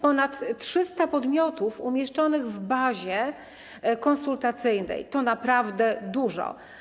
Ponad 300 podmiotów umieszczonych w bazie konsultacyjnej to naprawdę dużo.